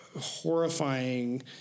horrifying